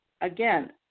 again